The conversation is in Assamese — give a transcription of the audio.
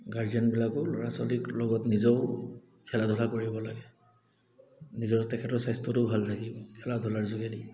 গাৰ্জেনবিলাকো ল'ৰা ছোৱালীৰ লগত নিজেও খেলা ধূলা কৰিব লাগে নিজৰ তেখেতৰ স্বাস্থ্যটো ভাল থাকিব খেলা ধূলাৰ যোগেদি